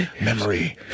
memory